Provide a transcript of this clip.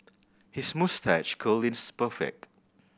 his moustache curl is perfect